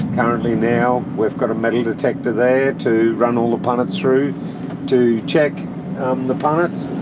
currently now we've got a metal detector there to run all the punnets through to check the punnets,